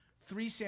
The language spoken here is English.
three